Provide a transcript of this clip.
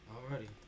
Alrighty